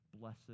Blessed